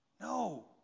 No